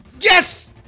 Yes